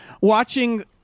watching